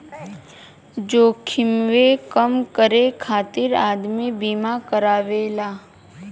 जोखिमवे कम करे खातिर आदमी बीमा करावेला